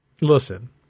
Listen